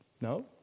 No